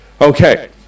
Okay